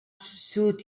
suit